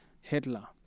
hitler